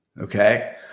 okay